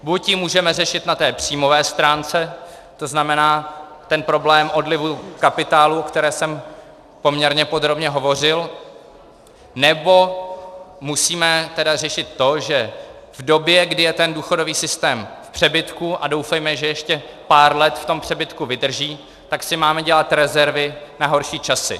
Buď ji můžeme řešit na té příjmové stránce, to znamená ten problém odlivu kapitálu, o kterém jsem poměrně podrobně hovořil, nebo musíme tedy řešit to, že v době, kdy je důchodový systém v přebytku, a doufejme, že ještě pár let v tom přebytku vydrží, tak si máme dělat rezervy na horší časy.